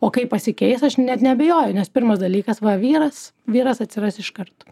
o kai pasikeis aš net neabejoju nes pirmas dalykas va vyras vyras atsiras iš karto